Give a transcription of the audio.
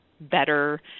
better